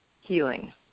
healing